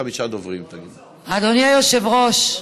אדוני היושב-ראש,